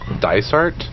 Dysart